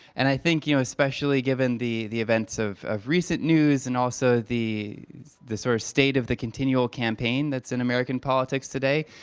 and i think, you know especially given the the events of of recent news and also the the sort of state of the continual campaign that's in american politics today,